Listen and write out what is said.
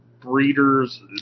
Breeders